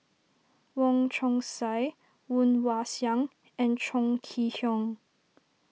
Wong Chong Sai Woon Wah Siang and Chong Kee Hiong